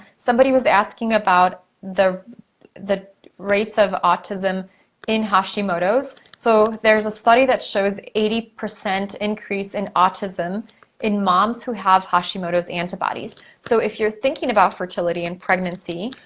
somebody was asking about the the rates of autism in hashimoto's. so, there's a study that shows eighty percent increase in autism in moms who have hashimoto's antibodies. so, if you're thinking about fertility and pregnancy,